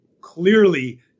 clearly